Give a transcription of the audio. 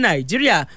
Nigeria